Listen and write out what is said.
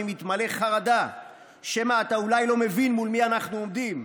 אני מתמלא חרדה שמא אתה אולי לא מבין מול מי אנחנו עומדים,